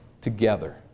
together